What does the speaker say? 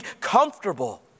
comfortable